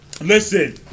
Listen